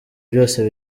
byose